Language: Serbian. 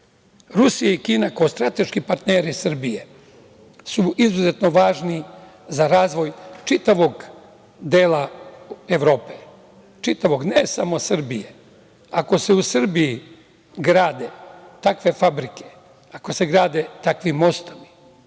i Kina kao strateški partneri Srbije su izuzetno važni za razvoj čitavog dela Evropa, ne samo Srbije. Ako se u Srbiji grade takve fabrike, ako se grade takvi mostovi,